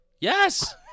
Yes